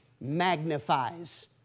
magnifies